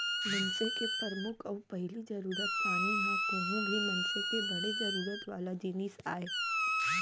मनसे के परमुख अउ पहिली जरूरत पानी ह कोहूं भी मनसे के बड़े जरूरत वाला जिनिस आय